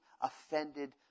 offended